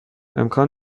امکان